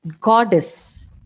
goddess